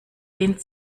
dehnt